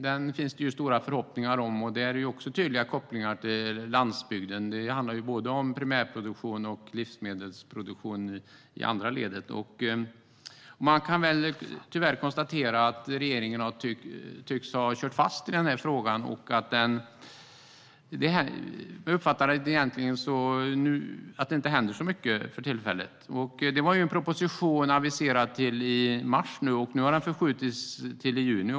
Det finns stora förhoppningar om den. Där finns det också tydliga kopplingar till landsbygden. Det handlar både om primärproduktion och om livsmedelsproduktion i andra ledet. Man kan tyvärr konstatera att regeringen tycks ha kört fast i denna fråga. Jag uppfattar att det inte händer så mycket för tillfället. En proposition var aviserad till i mars i år, men nu har den förskjutits till i juni.